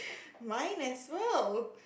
mine as well